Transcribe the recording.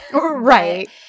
Right